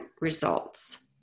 results